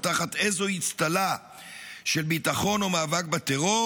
תחת איזו אצטלה של ביטחון או מאבק בטרור